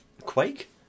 Quake